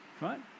right